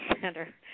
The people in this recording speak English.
center